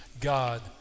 God